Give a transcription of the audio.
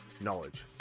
knowledge